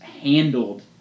handled